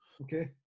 Okay